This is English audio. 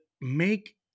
make